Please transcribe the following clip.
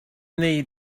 wnei